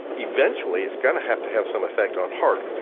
eventually it's going to have to have some effect on heart.